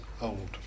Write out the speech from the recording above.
old